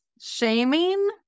shaming